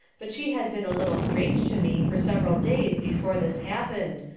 but she had been a little strange to me for several days before this happened,